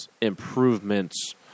improvements